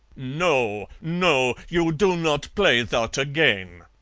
noh! noh! you do not play thot again